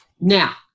Now